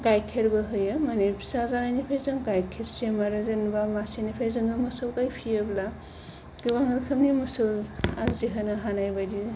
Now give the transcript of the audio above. गाइखेरबो होयो माने फिसा जानायनिफ्राय जों गाइखेरसिम आरो जेनेबा मासेनिफ्राय जोङो मोसौ गाय फिसियोब्ला गोबां रोखोमनि मोसौ आरजिहोनो हानाय बायदि